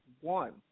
One